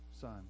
son